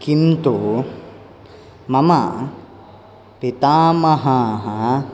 किन्तु मम पितामहाः